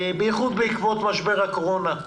בייחוד בעקבות משבר הקורונה.